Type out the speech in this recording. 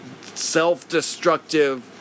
self-destructive